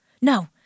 No